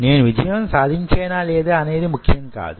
నేను విజయం సాధించేనా లేదా అనేది ముఖ్యం కాదు